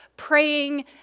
praying